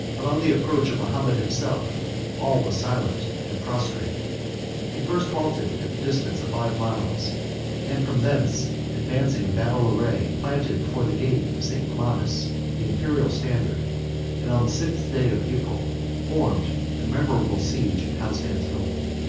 but on the approach of mahomet himself all was silent and prostrate he first halted at the distance of five miles and from thence advancing in battle array, planted before the gates of st. romanus the imperial standard and on the sixth day of april formed the memorable siege of constantinople.